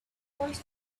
first